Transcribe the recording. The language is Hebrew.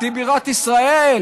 היא בירת ישראל,